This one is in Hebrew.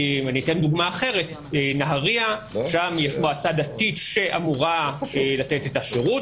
דוגמה אחרת: בנהריה יש מועצה דתית שאמורה לתת את השירות.